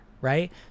Right